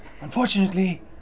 Unfortunately